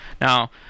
Now